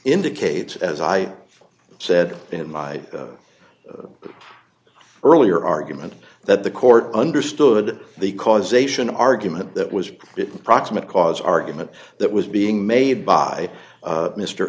indicates as i said in my earlier argument that the court understood the causation argument that was the proximate cause argument that was being made by